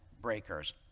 breakers